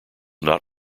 not